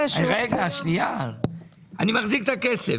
אני מחזיק את הכסף.